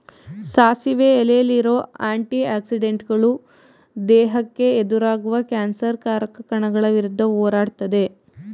ಸಾಸಿವೆ ಎಲೆಲಿರೋ ಆಂಟಿ ಆಕ್ಸಿಡೆಂಟುಗಳು ದೇಹಕ್ಕೆ ಎದುರಾಗುವ ಕ್ಯಾನ್ಸರ್ ಕಾರಕ ಕಣಗಳ ವಿರುದ್ಧ ಹೋರಾಡ್ತದೆ